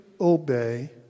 obey